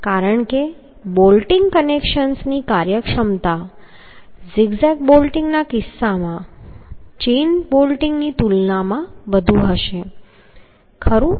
એટલે કે બોલ્ટિંગ કનેક્શન્સની કાર્યક્ષમતા ઝિગ ઝેગ બોલ્ટિંગના કિસ્સામાં ચેઇન બોલ્ટિંગની તુલનામાં વધુ હશે ખરું